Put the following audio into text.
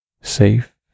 safe